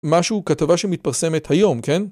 משהו כתבה שמתפרסמת היום, כן?